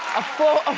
a full